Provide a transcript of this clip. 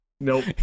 nope